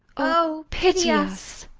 o, pity us!